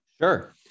Sure